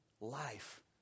life